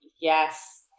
yes